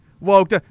woke